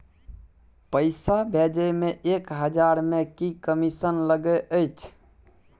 पैसा भैजे मे एक हजार मे की कमिसन लगे अएछ?